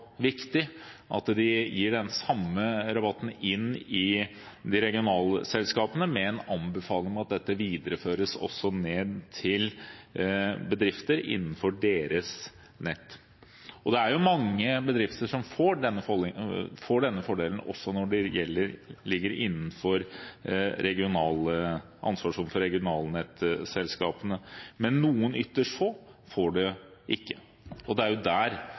viktig at de gir den samme rabatten inn i de regionale selskapene med en anbefaling om at dette videreføres også ned til bedrifter innenfor deres nett. Det er mange bedrifter som får denne fordelen, også når de ligger innenfor ansvarssonen for regionalnettselskapene. Men noen ytterst få får det ikke. Det er av hensyn til dem problemstillingen tas opp, for det er jo,